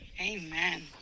Amen